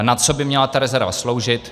Na co by měla ta rezerva sloužit.